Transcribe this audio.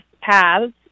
paths